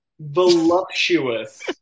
voluptuous